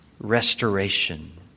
restoration